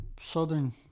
Southern